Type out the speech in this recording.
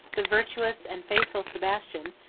the virtuous and faithful sebastian,